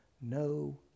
no